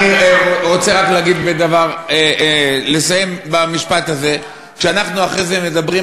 אני רוצה רק לסיים במשפט הזה: אחרי זה,